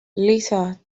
later